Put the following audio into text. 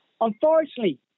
Unfortunately